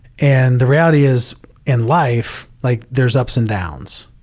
and the reality is in life, like there's ups and downs,